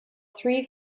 three